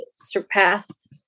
surpassed